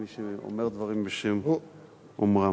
מי שאומר דברים בשם אומרם.